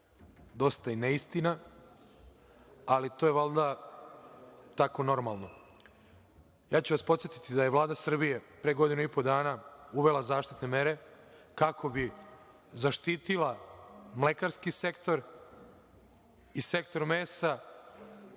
dosta i neistina, ali to je valjda tako normalno. Ja ću vas podsetiti da je Vlada Srbije pre godinu i po dana uvela zaštitne mere kako bi zaštitila mlekarski sektor i sektor mesa